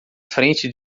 frente